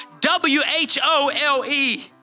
W-H-O-L-E